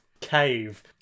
cave